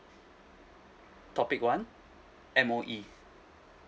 topic one M_O_E